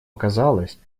оказалось